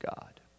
God